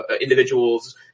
individuals